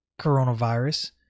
coronavirus